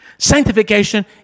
Sanctification